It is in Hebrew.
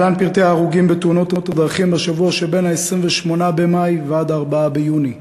להלן פרטי ההרוגים בתאונות הדרכים בשבוע שבין ה-28 במאי ועד ה-4 ביוני: